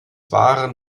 waren